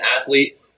athlete